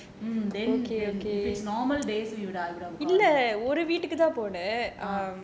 mm then then if it's normal days we'll I would have call you